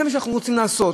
זה מה שאנחנו רוצות לעשות,